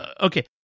okay